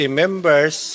members